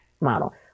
model